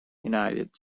united